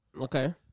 Okay